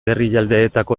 herrialdeetako